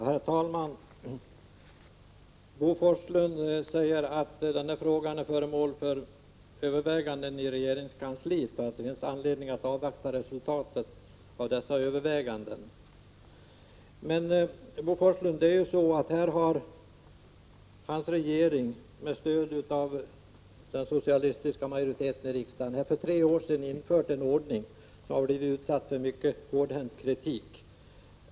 Herr talman! Bo Forslund säger att frågan är föremål för överväganden i regeringskansliet och att det finns anledning att avvakta resultatet av dessa överväganden. Men, Bo Forslund, regeringen införde, med stöd av den socialistiska majoriteten i riksdagen, för tre år sedan en ordning som blivit utsatt för mycket hård kritik.